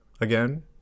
again